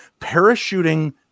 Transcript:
Parachuting